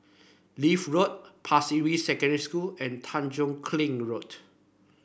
Leith Road Pasir Ris Secondary School and Tanjong Kling Road